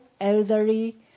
elderly